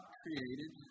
created